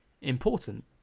Important